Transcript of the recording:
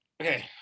Okay